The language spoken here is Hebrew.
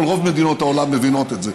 אבל רוב מדינות העולם מבינות את זה,